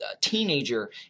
teenager